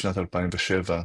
בשנת 2007,